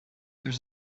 there